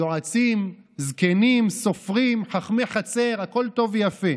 יועצים, זקנים, סופרים, חכמי חצר, הכול טוב ויפה,